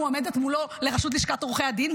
מועמדת מולו לראשות לשכת עורכי הדין,